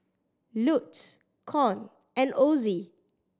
Lute Con and Ozie